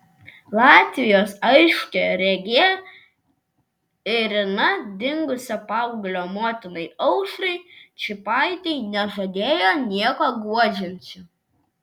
latvijos aiškiaregė irina dingusio paauglio motinai aušrai čypaitei nežadėjo nieko guodžiančio